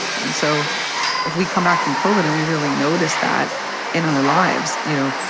and so if we come back from koven and we really noticed that in our lives, you know,